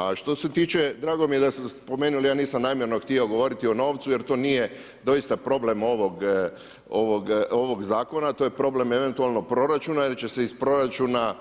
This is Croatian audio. A što se tiče, drago mi je da ste spomenuli ja nisam namjerno htio govoriti o novcu jer to nije doista problem ovog zakona, to je problem eventualno proračuna jer će se iz proračuna